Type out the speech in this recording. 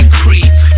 creep